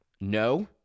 No